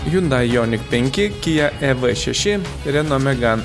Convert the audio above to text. hiundai jonik penki kija e v šeši reno megan